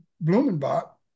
Blumenbach